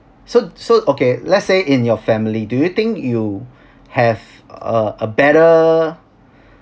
so so okay let's say in your family do you think you have uh a better